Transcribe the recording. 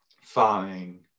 farming